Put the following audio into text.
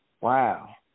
Wow